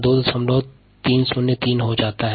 दशमलव में कमी के समय के लिए अभिव्यक्ति निम्नानुसार है